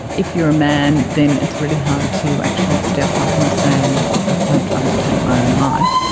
if you're a man then it's really hard to actually step up and say i'm tried to take my own life,